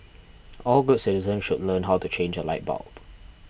all good citizens should learn how to change a light bulb